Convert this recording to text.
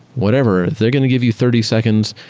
whatever. if they're going to give you thirty seconds,